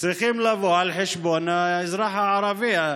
צריך לבוא על חשבון האזרח הערבי.